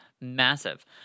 massive